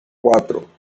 cuatro